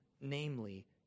namely